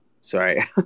Sorry